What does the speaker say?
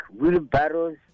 wheelbarrows